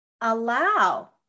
allow